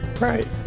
Right